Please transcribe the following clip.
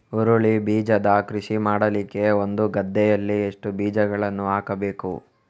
ಹುರುಳಿ ಬೀಜದ ಕೃಷಿ ಮಾಡಲಿಕ್ಕೆ ಒಂದು ಗದ್ದೆಯಲ್ಲಿ ಎಷ್ಟು ಬೀಜಗಳನ್ನು ಹಾಕಬೇಕು?